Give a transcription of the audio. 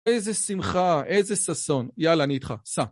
איזה שמחה, איזה ששון. יאללה, אני איתך. סע.